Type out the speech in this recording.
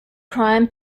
crime